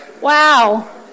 Wow